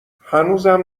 هنوزم